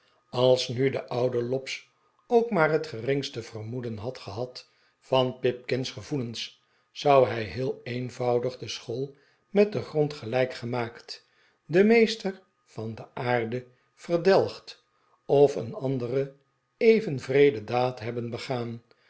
als nu de oude lobbs ook maar het geringste vermoeden had gehad van pipkin's gevoelens zou hij heel eenvoudig de school met den grond gelijk gemaakt den meester van de aarde verdelgd of een andere even wreede daad hebben begaan